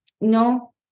no